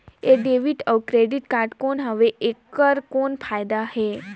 ये डेबिट अउ credit card कौन हवे एकर कौन फाइदा हे?